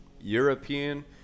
european